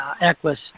Equus